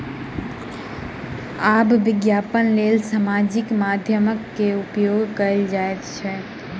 आब विज्ञापनक लेल सामाजिक माध्यमक उपयोग कयल जाइत अछि